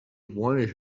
wanted